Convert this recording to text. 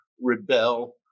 rebel